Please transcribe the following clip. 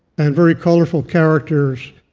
and very colorful characters.